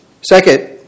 Second